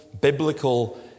biblical